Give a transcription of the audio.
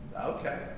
okay